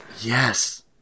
Yes